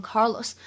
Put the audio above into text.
Carlos